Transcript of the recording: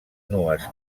nues